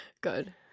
good